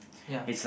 yeah